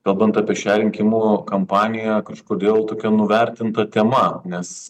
kalbant apie šią rinkimų kampaniją kažkodėl tokia nuvertinta tema nes